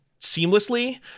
seamlessly